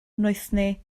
noethni